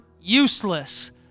useless